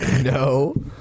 No